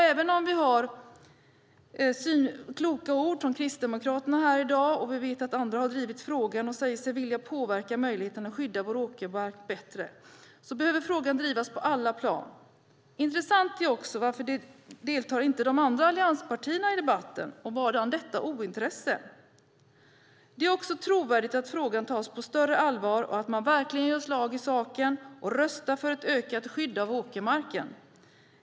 Även om vi hör kloka ord från Kristdemokraterna här i dag och vi vet att andra har drivit frågan och säger sig vilja påverka möjligheten att skydda vår åkermark bättre så behöver frågan drivas på alla plan. Intressant är också varför inte de andra allianspartierna deltar i debatten. Vadan detta ointresse? Det är också önskvärt att frågan tas på större allvar och att man verkligen gör slag i saken och röstar för ett ökat skydd av åkermarken.